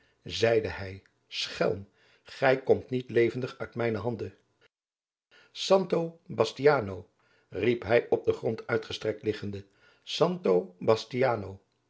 zeide hij schelm gij komt niet levendig uit mijne handen santo bastiano riep hij op den grond uitgestrekt liggende santo